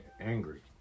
angry